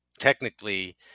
technically